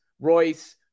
Royce